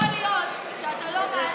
יכול להיות שאתה לא מעלה,